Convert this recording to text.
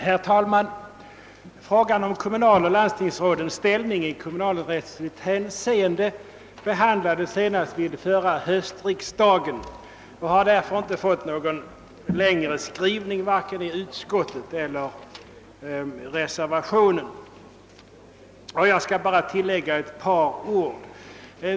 Herr talman! Frågan om kommunaloch landstingsrådens ställning i kommunalrättsligt hänseende behandlades senast vid förra höstriksdagen. Den har därför inte fått någon längre skrivning vare sig i utskottets utlåtande eller i reservationen, och jag skall bara tillägga några ord.